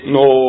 no